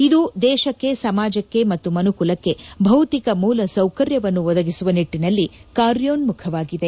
ಇದು ದೇಶಕ್ಕೆ ಸಮಾಜಕ್ಕೆ ಮತ್ತು ಮನುಕುಲಕ್ಕೆ ಭೌತಿಕ ಮೂಲಸೌಕರ್ಯವನ್ನು ಒದಗಿಸುವ ನಿಟ್ಟನಲ್ಲಿ ಕಾರ್ಯೋನ್ಮುಖವಾಗಿದೆ